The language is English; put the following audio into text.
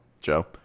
joe